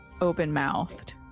open-mouthed